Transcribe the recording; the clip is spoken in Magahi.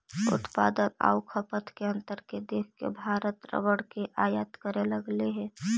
उत्पादन आउ खपत के अंतर के देख के भारत रबर के आयात करे लगले हइ